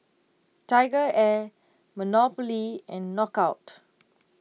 TigerAir Monopoly and Knockout